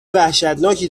وحشتناکی